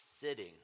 sitting